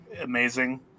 amazing